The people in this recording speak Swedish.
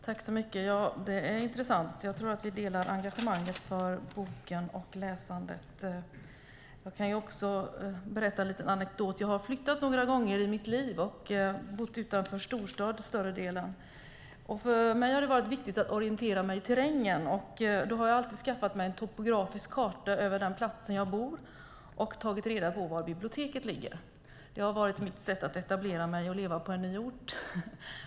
Herr talman! Ja, det är intressant. Jag tror att vi delar engagemanget för boken och läsandet. Jag kan också berätta en liten anekdot. Jag har flyttat några gånger i mitt liv och bott utanför storstad större delen. För mig har det varit viktigt att orientera mig i terrängen, och då har jag alltid skaffat mig en topografisk karta över den plats där jag bor - samt tagit reda på var biblioteket ligger. Det har varit mitt sätt att etablera mig och leva på en ny ort.